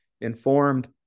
informed